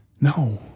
No